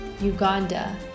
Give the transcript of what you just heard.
Uganda